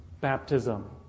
baptism